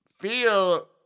feel